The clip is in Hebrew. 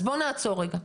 אז בוא נעצור רגע.